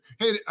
Hey